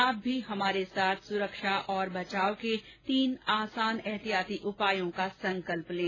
आप भी हमारे साथ सुरक्षा और बचाव के तीन आसान एहतियाती उपायों का संकल्प लें